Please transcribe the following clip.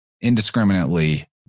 indiscriminately